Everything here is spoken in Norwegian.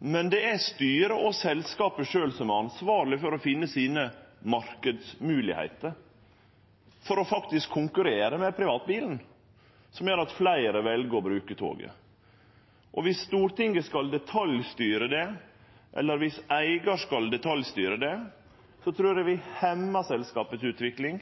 Men det er styret og selskapet sjølv som er ansvarlege for å finne marknadsmoglegheitene, for faktisk å konkurrere med privatbilen, som gjer at fleire vel å bruke toget. Dersom Stortinget skal detaljstyre det, eller dersom eigar skal detaljstyre det, trur eg vi hemmar selskapets utvikling